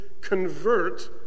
convert